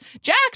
Jax